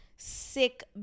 Sick